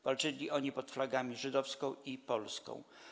Walczyli oni pod flagami żydowską i polską.